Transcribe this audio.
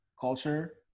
culture